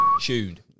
tuned